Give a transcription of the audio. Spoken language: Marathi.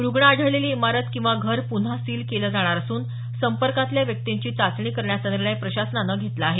रुग्ण आढळलेली इमारत किंवा घर पुन्हा सील केलं जाणार असून संपर्कातल्या व्यक्तींची चाचणी करण्याचा निर्णय प्रशासनानं घेतला आहे